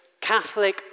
Catholic